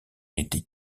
n’était